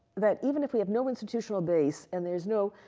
that even if we have no institutional base, and there's no,